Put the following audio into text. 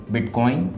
Bitcoin